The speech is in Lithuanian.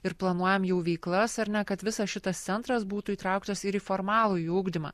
ir planuojam jau veiklas ar ne kad visas šitas centras būtų įtrauktas ir į formalųjį ugdymą